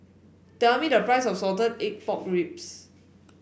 tell me the price of Salted Egg Pork Ribs